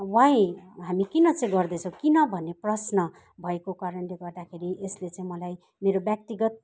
why हामी किन चाहिँ गर्दैछौँ किन भन्ने प्रस्न भएको कारणले गर्दाखेरि यसले चाहिँ मलाई मेरो व्यक्तिगत